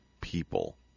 people